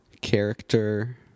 character